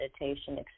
meditation